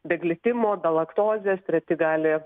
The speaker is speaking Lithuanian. be glitimo be laktozės treti gali